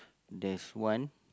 there's one